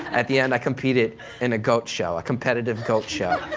at the end, i competed in a goat show, a competitive goat show.